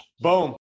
Boom